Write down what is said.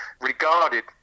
regarded